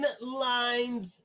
Lines